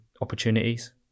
opportunities